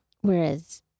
Whereas